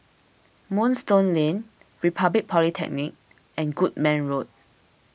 Moonstone Lane Republic Polytechnic and Goodman Road